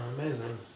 amazing